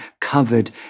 covered